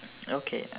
okay